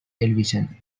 television